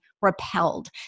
repelled